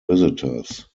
visitors